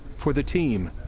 for the team,